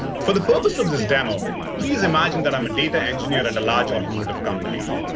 for the purpose of this demo, please imagine that i'm a data engineer at a large automotive company.